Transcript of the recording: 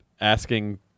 asking